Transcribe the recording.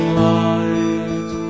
light